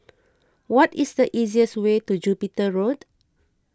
what is the easiest way to Jupiter Road